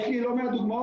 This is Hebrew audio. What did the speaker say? יש לי לא מעט דוגמאות.